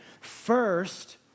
First